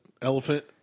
Elephant